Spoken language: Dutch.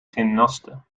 gymnaste